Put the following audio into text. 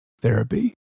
therapy